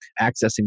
accessing